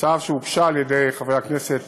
ההצעה שהוגשה על-ידי חבר הכנסת